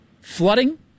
flooding